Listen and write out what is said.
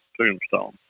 tombstone